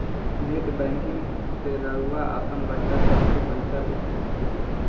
net banking से रउआ आपन बच्चा सभ के पइसा भेज सकिला